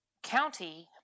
County